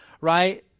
right